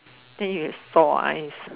then you sore eyes